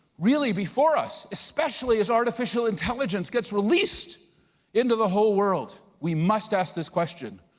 really, before us, especially as artificial intelligence gets released into the whole world, we must ask this question,